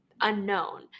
unknown